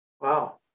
Wow